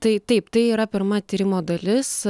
tai taip tai yra pirma tyrimo dalis